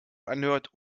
anhört